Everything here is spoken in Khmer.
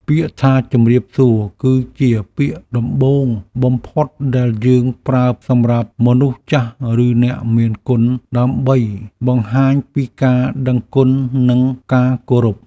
ពាក្យថាជម្រាបសួរគឺជាពាក្យដំបូងបំផុតដែលយើងប្រើសម្រាប់មនុស្សចាស់ឬអ្នកមានគុណដើម្បីបង្ហាញពីការដឹងគុណនិងការគោរព។